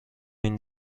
این